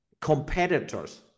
competitors